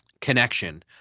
connection